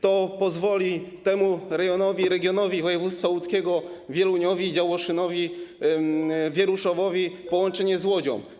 To pozwoli temu rejonowi, regionowi województwa łódzkiego, Wieluniowi, Działoszynowi i Wieruszowowi na połączenie z Łodzią.